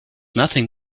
nothing